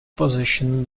position